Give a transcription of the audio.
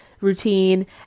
routine